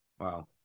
Wow